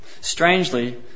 strangely